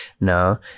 No